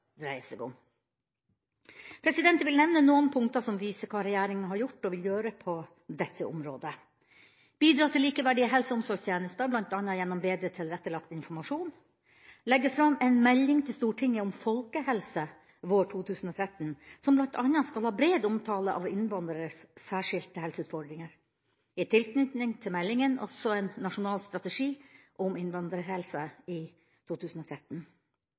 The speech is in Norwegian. dreier seg om. Jeg vil nevne noen punkter som viser hva regjeringa har gjort og vil gjøre på dette området. Den vil bidra til likeverdig helse- og omsorgstjenester, bl.a. gjennom bedre tilrettelagt informasjon legge fram en melding til Stortinget om folkehelse våren 2013, som bl.a. skal ha bred omtale av innvandreres særskilte helseutfordringer, og i tilknytning til meldinga kommer også en nasjonal strategi om innvandrerhelse i 2013